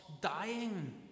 dying